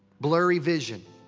blurry vision.